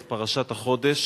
את פרשת החודש